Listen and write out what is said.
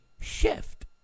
shift